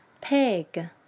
Pig